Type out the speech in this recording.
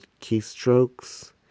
keystrokes